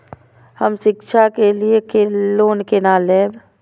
हम शिक्षा के लिए लोन केना लैब?